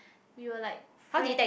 we were like friend